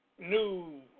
New